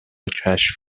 کشف